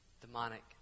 demonic